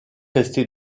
resté